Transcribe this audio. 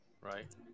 Right